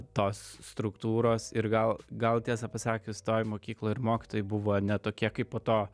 tos struktūros ir gal gal tiesą pasakius toj mokykloj ir mokytojai buvo ne tokie kaip po to